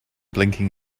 blinking